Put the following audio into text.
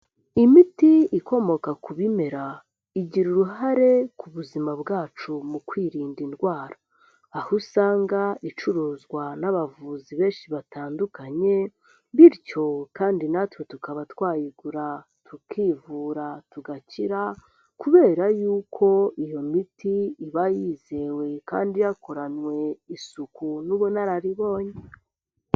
Imiti ikomoka ku bimera igira uruhare ku buzima bwacu mu kwirinda indwara, aho usanga icuruzwa n'abavuzi benshi batandukanye, bityo kandi natwe tukaba twayigura tukivura tugakira, kubera yuko iyo miti iba yizewe kandi yakoranywe isuku n'ubunararibonye.